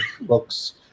books